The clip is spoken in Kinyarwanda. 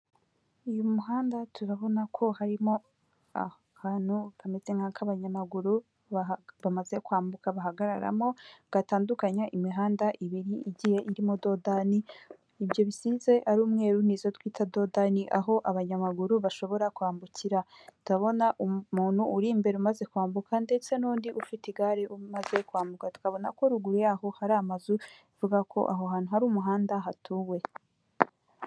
Uyu muhanda turabona ko harimo akantu kameze nk'ak'abanyamaguru bamaze kwambuka bahagararamo, gatandukanye imihanda ibiri igiye irimo dodani, ibyo bisize ari umweru nizo twita dodani, aho abanyamaguru bashobora kwambukira, ndabona umuntu uri imbere umaze kwambuka ndetse n'undi ufite igare umaze kwambuka, tukabona ko ruguru yaho hari amazu bivuga ko aho hantu hari umuhanda hatuwe.